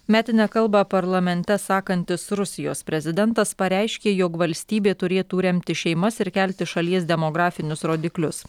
metinę kalbą parlamente sakantis rusijos prezidentas pareiškė jog valstybė turėtų remti šeimas ir kelti šalies demografinius rodiklius